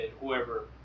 whoever